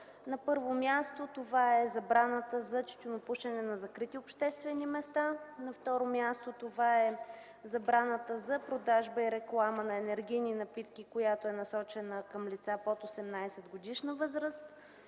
На първо място е забраната за тютюнопушене на закрити обществени места. На второ място е забраната за продажба и реклама на енергийни напитки, която е насочена към лица под 18-годишна възраст.